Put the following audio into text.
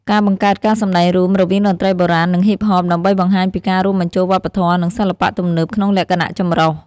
ការបង្កើតការសម្តែងរួម រវាងតន្ត្រីបុរាណ និងហ៊ីបហប ដើម្បីបង្ហាញពីការរួមបញ្ចូលវប្បធម៌ និងសិល្បៈទំនើបក្នុងលក្ខណៈចម្រុះ។